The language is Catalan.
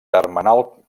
termenal